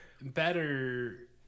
better